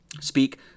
Speak